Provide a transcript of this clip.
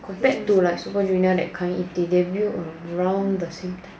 compared to like super junior that kind if they debate around the same